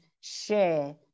share